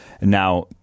Now